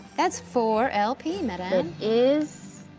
that's four lp, madame. that is.